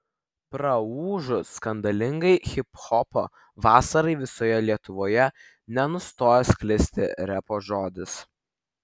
praūžus skandalingai hiphopo vasarai visoje lietuvoje nenustojo sklisti repo žodis